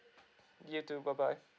you too bye bye